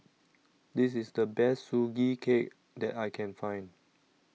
This IS The Best Sugee Cake that I Can Find